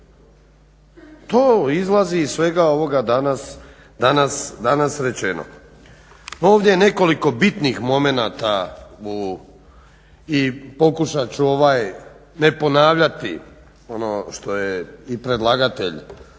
To izlazi iz svega ovoga danas rečeno. Ovdje je nekoliko bitnih momenata u i pokušat ću ovaj ne ponavljati ono što je i predlagatelj